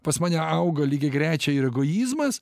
pas mane auga lygiagrečiai ir egoizmas